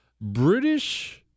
British